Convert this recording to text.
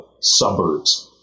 suburbs